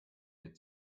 mir